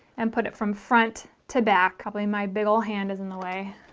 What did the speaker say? and put it from front to back probably my big ol hand is in the way